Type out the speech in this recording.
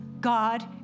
God